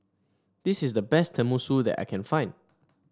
this is the best Tenmusu that I can find